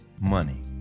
money